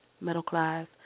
middle-class